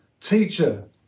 teacher